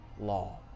law